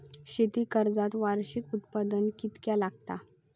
शेती कर्जाक वार्षिक उत्पन्न कितक्या लागता?